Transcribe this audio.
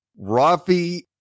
Rafi